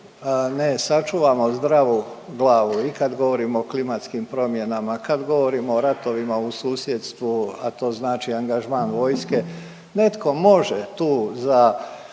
ne sačuvamo zdravu glavu i kad govorimo i o klimatskim promjenama, kad govorimo o ratovima u susjedstvu, a to znači angažman vojske, netko može tu za